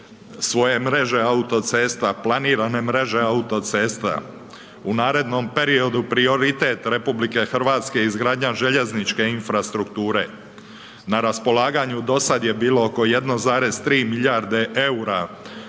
svoje mreže autocesta, planirane mreže autocesta. U narednom periodu prioritet Republike Hrvatske je izgradnja željezničke infrastrukture, na raspolaganju do sad je bilo oko 1,3 milijarde